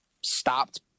stopped